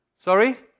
Sorry